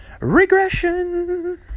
Regression